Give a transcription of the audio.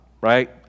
right